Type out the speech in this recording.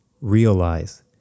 Realize